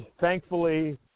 thankfully